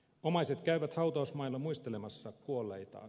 omaiset käyvät hautausmailla muistelemassa kuolleitaan